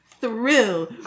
thrill